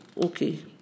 okay